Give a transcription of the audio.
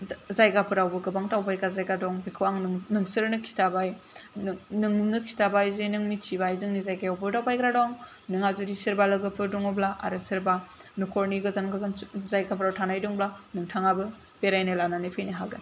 जायगाफोरावबो गोबां दावबायग्रा जायगा दं बेखौ आं नोंसोरनो खिन्थाबाय नोंनो खिन्थाबाय जे नों जोंनि जायगायावबो दावबायग्रा दं नोंहा जुदि सोरबा लोगोफोर दंङब्ला आरो सोरबा नखरनि गोजान गोजान जायगाफ्राव थानाय दंब्ला नोंथांआबो बेरायनो लाना फैनो हागोन